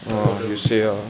heard roger ruby quite strong